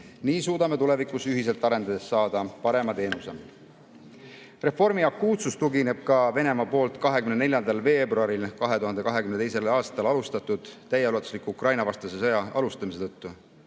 Nii suudame tulevikus ühiselt arendades saada parema teenuse. Reformi akuutsus tuleneb ka Venemaa 24. veebruaril 2022. aastal alustatud täieulatuslikust Ukraina-vastasest sõjast.